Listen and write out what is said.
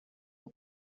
and